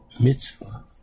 mitzvah